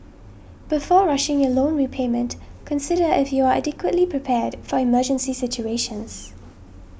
before rushing your loan repayment consider if you are adequately prepared for emergency situations